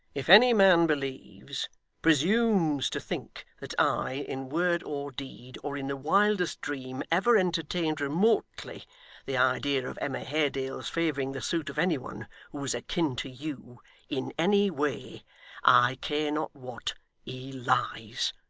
if any man believes presumes to think that i, in word or deed, or in the wildest dream, ever entertained remotely the idea of emma haredale's favouring the suit of any one who was akin to you in any way i care not what he lies.